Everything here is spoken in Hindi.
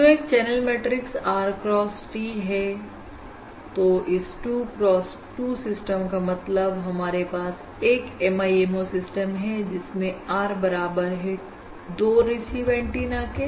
जो एक channel matrix r cross t है तो इस 2 cross 2 सिस्टम का मतलब हमारे पास एक MIMO सिस्टम है जिसमें r बराबर है 2 रिसीव एंटीना के